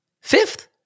Fifth